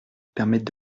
permettent